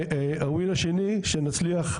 ה-win השני שנצליח,